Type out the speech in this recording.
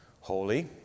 Holy